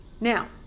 Now